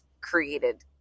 created